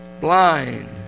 blind